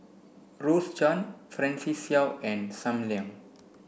Rose Chan Francis Seow and Sam Leong